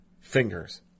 fingers